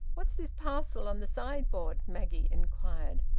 what's this parcel on the sideboard? maggie inquired.